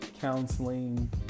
counseling